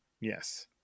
Yes